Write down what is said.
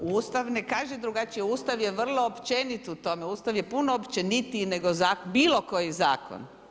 Ustav ne kaže drugačije, Ustav je vrlo općenit u tome, Ustav je puno općenitiji nego zakon, bilo koji zakon.